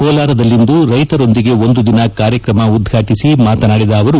ಕೋಲಾರದಲ್ಲಿಂದು ರೈತರೊಂದಿಗೆ ಒಂದು ದಿನ ಕಾರ್ಯಕ್ರಮ ಉದ್ಘಾಟಿಸಿ ಮಾತನಾಡಿದ ಅವರು